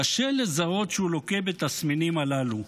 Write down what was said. קשה לזהות שהוא לוקה בתסמינים הללו,